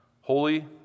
holy